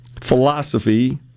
philosophy